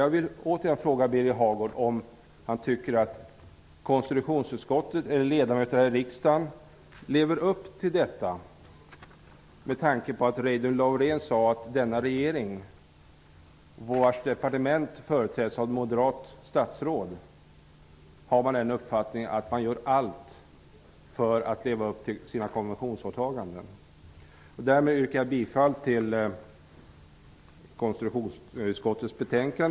Jag vill återigen fråga Birger Hagård, om han tycker att konstitutionsutskottet eller ledamöterna i riksdagen lever upp till detta, med tanke på att Reidunn Laurén sade att denna regering, där Justitiedepartementet leds av ett moderat statsråd, har uppfattningen att man gör allt för att leva upp till sina konventionsåtaganden. Därmed yrkar jag bifall till konstitutionsutskottets hemställan.